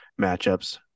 matchups